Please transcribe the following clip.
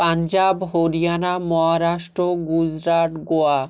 Punjab Haryana Maharashtra Gujarat Goa